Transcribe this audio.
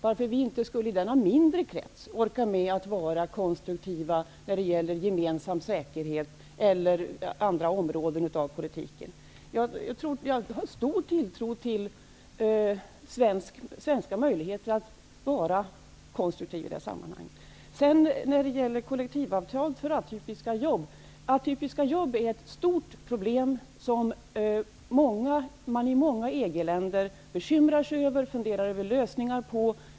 Varför skulle vi inte i denna mindre krets orka med att vara konstruktiva när det gäller gemensam säkerhet eller andra områden i politiken? Jag har stor tilltro till svenska möjligheter att vara konstruktiv i detta sammanhang. När det sedan gäller kollektivavtal för atypiska jobb vill jag säga att atypiska jobb är ett stort problem, som man i många EG-länder bekymrar sig över och funderar över lösningar på.